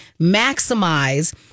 maximize